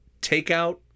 takeout